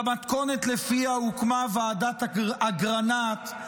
במתכונת שלפיה הוקמו ועדת אגרנט,